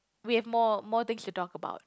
we have more more things to talk about